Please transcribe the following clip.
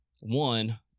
one